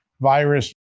virus